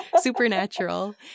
supernatural